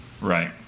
Right